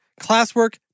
classwork